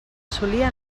solia